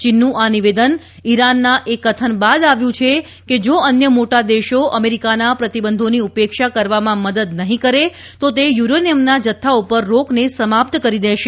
ચીનનું આ નિવેદન ઇરાનના એ કથન બાદ આવ્યું છે કે જો અન્ય મોટા દેશો અમેરિકાના પ્રતિબંધોની ઉપેક્ષા કરવામાં મદદ નહીં કરે તો તે યુરેનિયમના જથ્થા ઉપર રોકને સમાપ્ત કરી દેશે